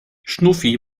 schnuffi